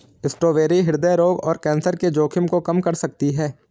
strawberry हृदय रोग और कैंसर के जोखिम को कम कर सकती है